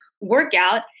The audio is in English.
workout